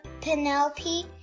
Penelope